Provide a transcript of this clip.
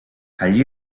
allí